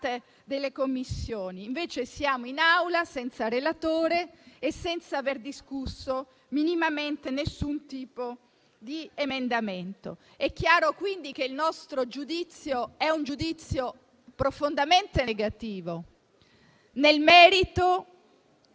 delle Commissioni. Invece siamo in Aula senza relatore e senza aver discusso minimamente nessun tipo di emendamento. È chiaro quindi che il nostro è un giudizio profondamente negativo: nel merito,